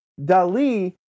Dali